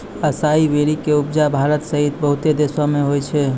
असाई berry के उपजा भारत सहित बहुते देशो मे होय छै